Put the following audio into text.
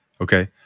okay